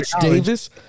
Davis